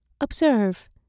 Observe